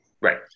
Right